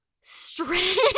strange